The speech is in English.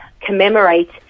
commemorate